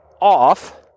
off